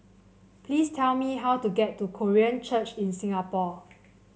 please tell me how to get to Korean Church in Singapore